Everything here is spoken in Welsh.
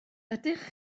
ydych